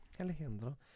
Alejandro